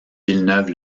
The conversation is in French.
villeneuve